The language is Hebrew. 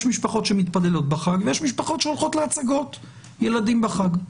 יש משפחות שמתפללות בחג ויש משפחות שהולכות להצגות ילדים בחג,